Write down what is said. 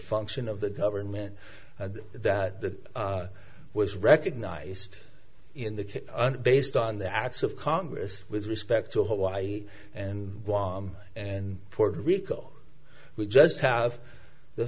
function of the government that that was recognized in the case based on the acts of congress with respect to hawaii and and puerto rico we just have the